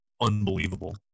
unbelievable